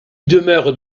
demeure